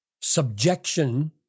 subjection